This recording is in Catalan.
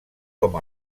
com